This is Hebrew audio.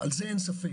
על זה אין ספק.